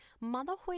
motherhood